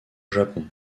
japon